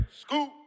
Scoop